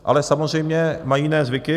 Ale samozřejmě mají jiné zvyky.